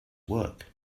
work